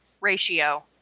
ratio